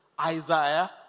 Isaiah